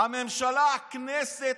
הכנסת